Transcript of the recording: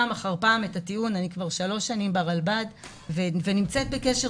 הטיעון אני כבר שלוש שנים ברלב"ד ונמצאת בקשר